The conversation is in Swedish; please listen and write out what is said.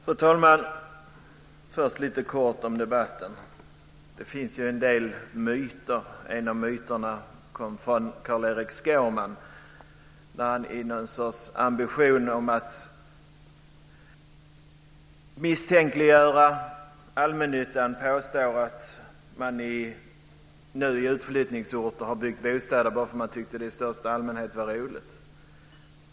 Fru talman! Först lite kort om debatten. Det finns en del myter. En av myterna kom från Carl-Erik Skårman, när han i någon sorts ambition om att misstänkliggöra allmännyttan påstår att man i utflyttningsorter har byggt bostäder bara för att man i största allmänhet tyckte att det var roligt.